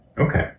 Okay